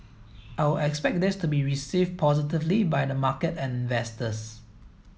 I would expect this to be received positively by the market and investors